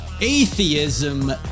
atheism